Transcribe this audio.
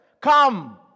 Come